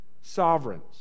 sovereigns